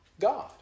God